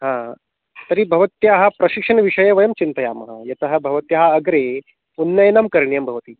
हा तर्हि भवत्याः प्रशिक्षणविषये वयं चिन्तयामः यतः भवत्याः अग्रे उन्नयनं करणीयं भवति